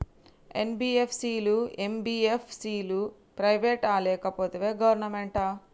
NBFC లు, MBFC లు private ఆ లేకపోతే గవర్నమెంటా?